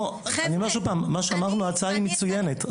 מה שאמרנו ההצעה היא מצוינת.